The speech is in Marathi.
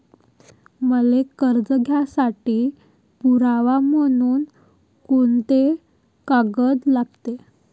मले कर्ज घ्यासाठी पुरावा म्हनून कुंते कागद लागते?